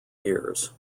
years